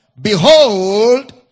Behold